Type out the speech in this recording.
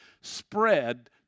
spread